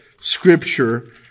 Scripture